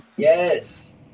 Yes